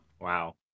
wow